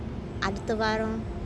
அடுத்த வாரம்:adutha vaaram